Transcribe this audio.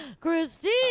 Christine